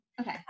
Okay